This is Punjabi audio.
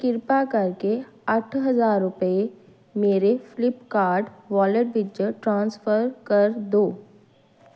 ਕਿਰਪਾ ਕਰਕੇ ਅੱਠ ਹਜ਼ਾਰ ਰੁਪਏ ਮੇਰੇ ਫਲਿੱਪਕਾਰਟ ਵਾਲੇਟ ਵਿੱਚ ਟ੍ਰਾਂਸਫਰ ਕਰ ਦਿਉ